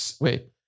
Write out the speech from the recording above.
Wait